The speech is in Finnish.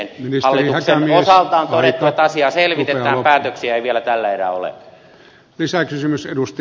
hallituksen osalta on todettu että asiaa selvitetään päätöksiä ei vielä tällä erää ole